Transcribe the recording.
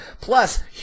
plus